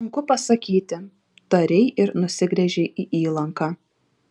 sunku pasakyti tarei ir nusigręžei į įlanką